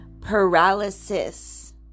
paralysis